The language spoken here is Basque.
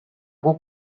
guk